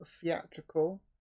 Theatrical